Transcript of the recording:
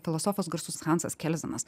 filosofas garsus hansas kelzenas